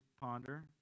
ponder